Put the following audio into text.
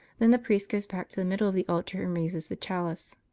then the priest goes back to the middle of the altar and raises the chalice.